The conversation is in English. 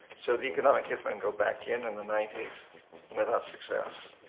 so, the economic hit men go back in in the ninety s without success.